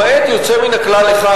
למעט יוצא מן הכלל אחד,